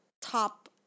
top